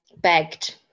begged